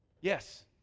Yes